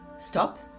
stop